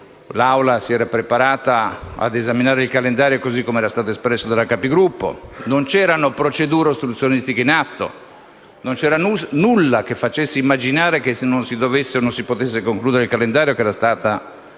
l'Aula si era preparata ad esaminare il calendario così com'era stato deciso dalla Capigruppo. Non c'erano procedure ostruzionistiche in atto, non c'era alcunché che facesse immaginare che non si potesse concludere il calendario che era stato